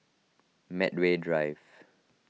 Medway Drive